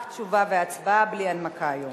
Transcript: רק תשובה והצבעה, בלי הנמקה היום.